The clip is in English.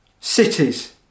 cities